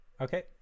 Okay